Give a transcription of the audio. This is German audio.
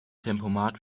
tempomat